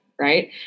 Right